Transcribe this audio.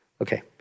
Okay